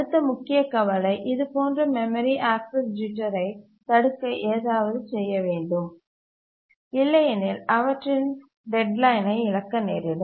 அடுத்த முக்கிய கவலை இதுபோன்ற மெமரி ஆக்சஸ் ஜிட்டரை தடுக்க ஏதாவது செய்ய வேண்டும் இல்லையெனில் அவற்றின் டெட்லைனை இழக்க நேரிடும்